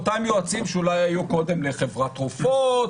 אותם יועצים שאולי היו קודם לחברת תרופות,